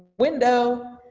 window